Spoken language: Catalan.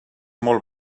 molt